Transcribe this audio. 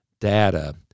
data